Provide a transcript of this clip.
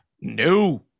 No